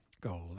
goal